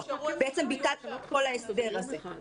בעצם ביטלתם את כל ההסדר הזה.